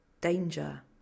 danger